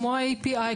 כמו ה-EPI,